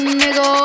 nigga